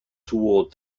toward